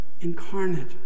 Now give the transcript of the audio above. incarnate